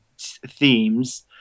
themes